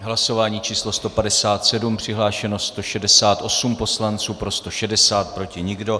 Hlasování číslo 157, přihlášeno 168 poslanců, pro 160, proti nikdo.